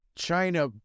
China